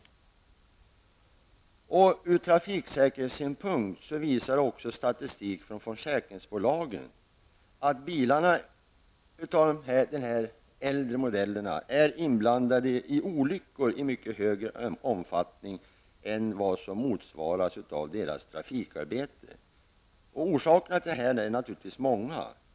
När det gäller trafiksäkerheten visar också statistik från försäkringsbolagen att bilar av äldre modeller är inblandade i olyckor i mycket högre omfattning än vad som motsvaras av deras ''trafikarbete''. Orsakerna till detta är naturligtvis många.